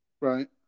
Right